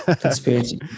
conspiracy